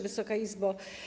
Wysoka Izbo!